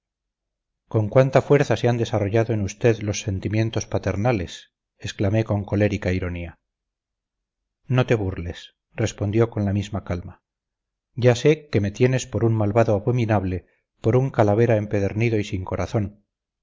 con cuánta fuerza se han desarrollado en usted los sentimientos paternales exclamé con colérica ironía no te burles respondió con la misma calma ya sé que me tienes por un malvado abominable por un calavera empedernido y sin corazón